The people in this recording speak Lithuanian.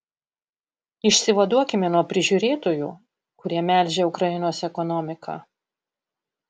išsivaduokime nuo prižiūrėtojų kurie melžia ukrainos ekonomiką